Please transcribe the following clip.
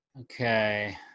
Okay